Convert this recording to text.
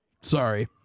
Sorry